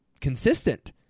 consistent